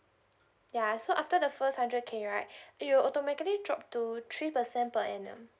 yeah so after the first hundred K right you automatically drop to three person per annum